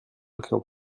aucun